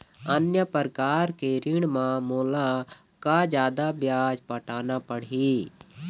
अन्य प्रकार के ऋण म मोला का जादा ब्याज पटाना पड़ही?